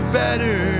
better